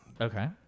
Okay